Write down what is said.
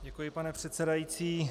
Děkuji, pane předsedající.